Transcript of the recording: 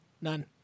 None